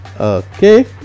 Okay